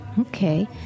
Okay